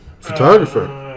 photographer